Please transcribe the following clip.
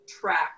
track